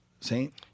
Saint